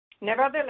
Nevertheless